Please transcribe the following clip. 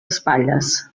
espatlles